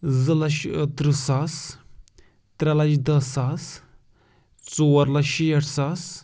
زٕ لَچھ ٲں تٕرٛہ ساس ترٛےٚ لَچھ دٔہ ساس ژور لَچھ شیٹھ ساس